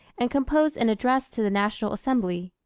and composed an address to the national assembly.